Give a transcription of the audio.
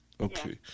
Okay